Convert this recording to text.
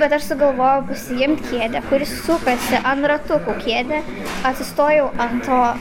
bet aš sugalvojau pasiimt kėdę kuri sukasi an ratukų kėdė atsistojau ant to